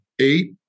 eight